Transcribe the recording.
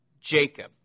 Jacob